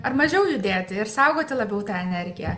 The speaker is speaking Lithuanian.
ar mažiau judėti ir saugoti labiau tą energiją